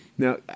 Now